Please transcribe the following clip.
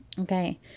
Okay